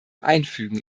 einfügen